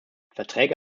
verträge